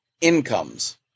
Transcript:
incomes